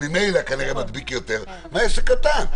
שממילא כנראה מדביק יותר ומהו עסק קטן.